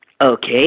Okay